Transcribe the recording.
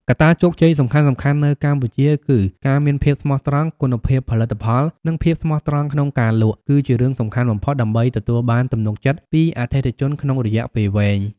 កត្តាជោគជ័យសំខាន់ៗនៅកម្ពុជាគឺ ការមានភាពស្មោះត្រង់ គុណភាពផលិតផល និងភាពស្មោះត្រង់ក្នុងការលក់ គឺជារឿងសំខាន់បំផុតដើម្បីទទួលបានទំនុកចិត្តពីអតិថិជនក្នុងរយៈពេលវែង។